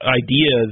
idea